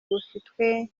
bufitwe